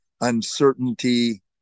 uncertainty